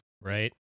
Right